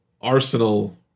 Arsenal